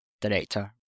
director